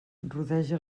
rodeja